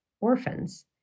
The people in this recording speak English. orphans